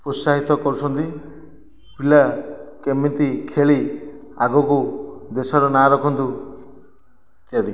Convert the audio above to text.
ପ୍ରୋତ୍ସାହିତ କରୁଛନ୍ତି ପିଲା କେମିତି ଖେଳି ଆଗକୁ ଦେଶର ନାଁ ରଖନ୍ତୁ ଇତ୍ୟାଦି